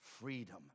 Freedom